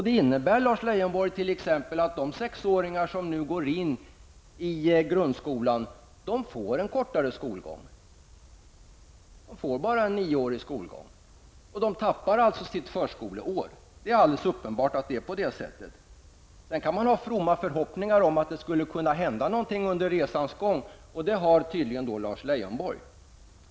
Det innebär t.ex., Lars Leijonborg, att de sexåringar som nu börjar i grundskolan får en kortare skolgång på bara nio år. De tappar alltså sitt förskoleår. Det är alldeles uppenbart så. Sedan kan man ha fromma förhoppningar om att det skall hända något under resans gång, och det har tydligen Lars Leijonborg.